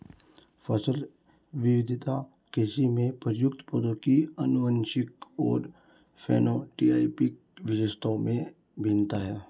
फसल विविधता कृषि में प्रयुक्त पौधों की आनुवंशिक और फेनोटाइपिक विशेषताओं में भिन्नता है